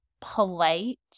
polite